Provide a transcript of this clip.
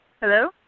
Hello